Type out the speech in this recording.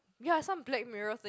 ya some Black Mirror thing